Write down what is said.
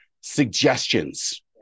suggestions